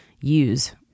use